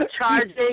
charging